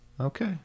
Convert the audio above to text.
Okay